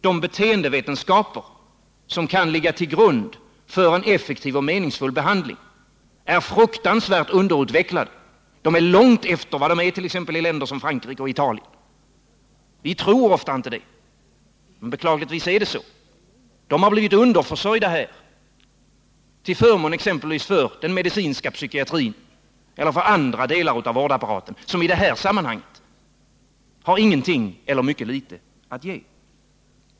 De beteendevetenskaper som kan ligga till grund för en effektiv och meningsfull behandling är fruktansvärt underutvecklade. De är långt efter vad de är t.ex. i länder som Frankrike och Italien. Vi tror ofta inte det, men beklagligtvis är det så. De har blivit underförsörjda här till förmån exempelvis för den medicinska psykiatrin eller för andra delar av vårdapparaten, som i detta sammanhang har ingenting eller ytterst litet att ge.